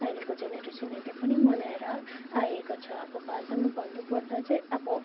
अहिलेको जेनेरेसनहरूले पनि मनाएर आएको छ अब भाषामा भन्नु पर्दा चाहिँ अब